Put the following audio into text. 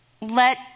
Let